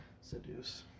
Seduce